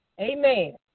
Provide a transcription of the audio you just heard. Amen